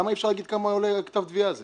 למה אי אפשר להגיד כמה עולה כתב התביעה הזה?